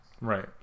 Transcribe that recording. Right